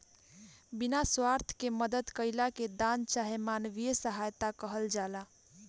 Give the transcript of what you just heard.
बिना स्वार्थ के मदद कईला के दान चाहे मानवीय सहायता कहल जाला